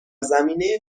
زمینه